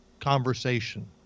conversation